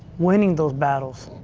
winning those battles,